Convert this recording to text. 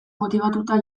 motibatuta